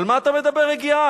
על מה אתה מדבר, רגיעה?